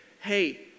hey